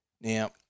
Now